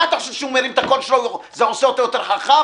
מה אתה חושב כשהוא מרים את הקול שלו זה עושה אותו יותר חכם?